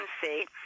see